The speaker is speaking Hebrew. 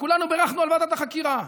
וכולנו בירכנו על ועדת החקירה,